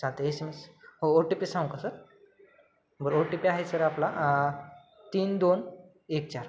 चालतं S M S हो O T P सांगू का सर बरं ओ टी पी आहे सर आपला तीन दोन एक चार